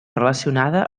relacionada